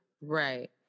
right